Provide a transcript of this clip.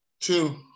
Two